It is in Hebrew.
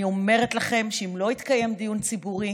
אני אומרת לכם שאם לא יתקיים דיון ציבורי